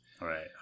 Right